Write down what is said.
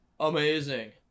amazing